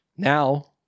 Now